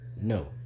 No